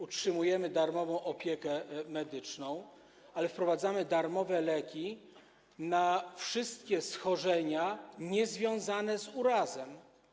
Utrzymujemy tu darmową opiekę medyczną, ale wprowadzamy darmowe leki na wszystkie schorzenia niezwiązane z urazem.